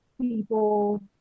people